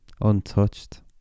untouched